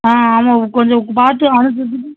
ஆ ஆமாம் கொஞ்சம் பார்த்து அனுசரித்துட்டு